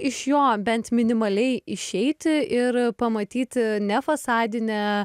iš jo bent minimaliai išeiti ir pamatyti ne fasadinę